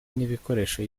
n’ibikoresho